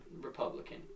Republican